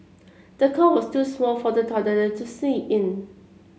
the cot was too small for the toddler to sleep in